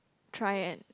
try and